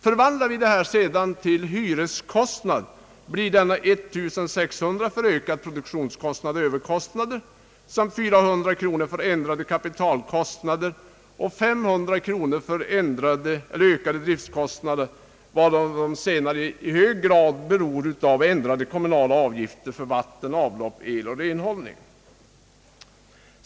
Förvandlar vi det hela till hyreskostnad blir siffran 1600 kronor för ökad produktionskostnad och överkostnader samt 400 kronor för ändrade kapitalkostnader och 500 kronor för ökade driftkostnader, de senare i hög grad beroende på ändrade kommunala avgifter för vatten och avlopp, el och renhållning.